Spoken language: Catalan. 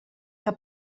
que